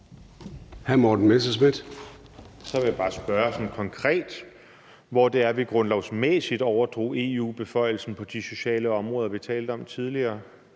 Så vil jeg bare spørge sådan konkret, hvor det er, vi grundlovsmæssigt overdrog EU beføjelsen på de sociale områder, vi talte om tidligere.